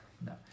no